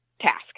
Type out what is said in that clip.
task